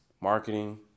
marketing